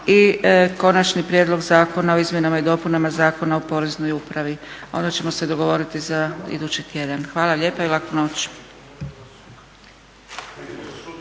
i Konačni prijedlog zakona o izmjenama i dopunama Zakona o Poreznoj upravi. Onda ćemo se dogovoriti za idući tjedan. Hvala lijepa i laku noć.